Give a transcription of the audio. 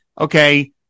okay